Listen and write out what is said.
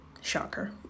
shocker